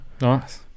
Nice